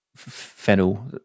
Fennel